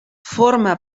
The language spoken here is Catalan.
forma